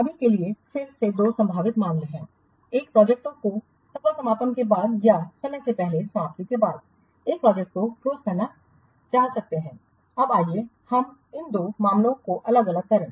अभी के लिए फिर से दो संभावित मामले हैं आप प्रोजेक्टओं के सफल समापन के बाद या समय से पहले समाप्ति के बाद एक प्रोजेक्ट को क्लोज करना चाह सकते हैं अब आइए हम इन दो मामलों को अलग अलग करें